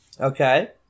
Okay